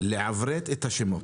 לעברת את השמות.